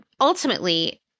ultimately